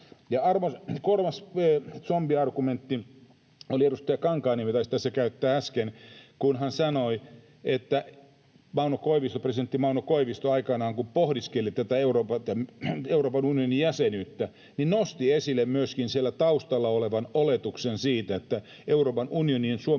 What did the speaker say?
Kolmas zombiargumentti — edustaja Kankaanniemi taisi tässä käyttää sitä äsken — oli, kun hän sanoi, että presidentti Mauno Koivisto aikanaan, kun pohdiskeli Euroopan unionin jäsenyyttä, nosti esille myöskin siellä taustalla olevan oletuksen siitä, että Euroopan unioni on